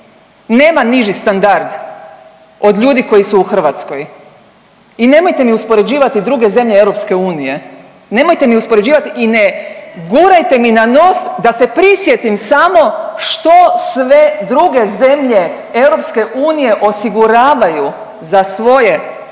nema niži standard od ljudi koji su u Hrvatskoj. I nemojte mi uspoređivati druge zemlje EU. Nemojte mi uspoređivati i ne gurajte mi na nos da se prisjetim samo što sve druge zemlje EU osiguravaju za svoje